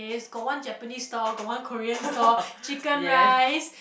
got one Japanese store got one Korean store chicken rice